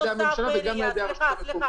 ידי הממשלה וגם על ידי הרשות המקומית.